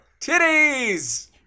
Titties